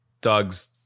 Doug's